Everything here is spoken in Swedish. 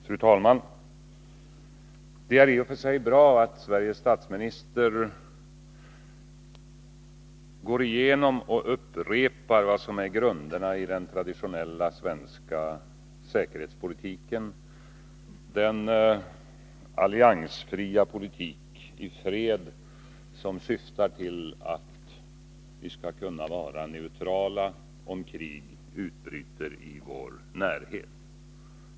Fru talman! Det är i och för sig bra att Sveriges statsminister går igenom och upprepar vad som är grunderna i den traditionella svenska säkerhetspolitiken, den alliansfria politik i fred som syftar till att vårt land skall kunna vara neutralt, om krig utbryter i vår närhet.